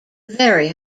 very